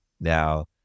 Now